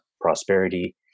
prosperity